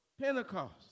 Pentecost